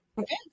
Okay